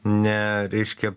ne reiškia